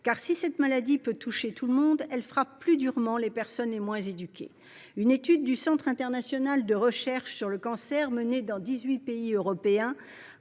si cette maladie peut toucher tout le monde, elle frappe plus durement les personnes les moins éduquées. Une étude du Centre international de recherche sur le cancer, menée dans dix-huit pays européens,